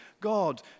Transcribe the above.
God